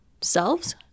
selves